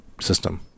system